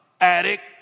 addict